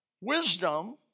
wisdom